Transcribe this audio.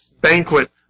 banquet